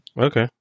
Okay